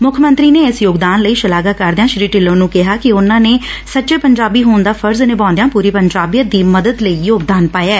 ਮੁੱਖ ਮੰਤਰੀ ਨੇ ਇਸ ਯੋਗਦਾਨ ਲਈ ਸ਼ਲਾਘਾ ਕਰਦਿਆਂ ਸ੍ਰੀ ਢਿੱਲੋਂ ਨੂੰ ਕਿਹਾ ਕਿ ਉਨੂਾ ਨੇ ਸੱਚੇ ਪੰਜਾਬੀ ਹੋਣ ਦਾ ਫਰਜ਼ ਨਿਭਾਉਂਦਿਆਂ ਪੁਰੀ ਪੰਜਾਬੀਅਤ ਦੀ ਮਦਦ ਲਈ ਯੋਗਦਾਨ ਪਾਇਐ